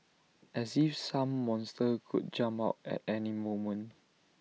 as if some monster could jump out at any moment